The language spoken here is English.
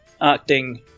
acting